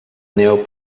neu